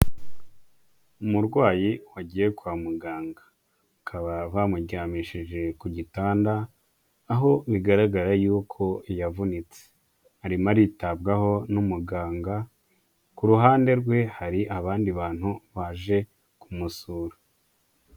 Umurwayi wagiye kwa muganga bakaba bamuryamishije ku gitanda, aho bigaragara yuko yavunitse, arimo aritabwaho n'umuganga, ku ruhande rwe hari abandi bantu baje kumusura.